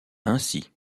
ainsi